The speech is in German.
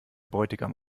bräutigam